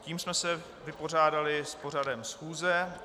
Tím jsme se vypořádali s pořadem schůze.